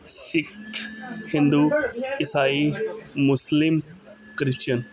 Sikh Hindu Isai Muslim Christian